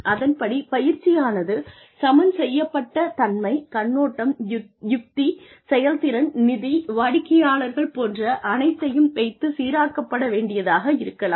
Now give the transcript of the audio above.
அதன்படி பயிற்சியானது சமன் செய்யப்பட்ட தன்மை கண்ணோட்டம் யுக்தி செயல்திறன் நிதி வாடிக்கையாளர்கள் போன்ற அனைத்தையும் வைத்து சீராக்கப்பட வேண்டியதாக இருக்கலாம்